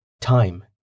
time